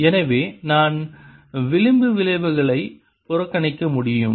எனவே நான் விளிம்பு விளைவுகளை புறக்கணிக்க முடியும்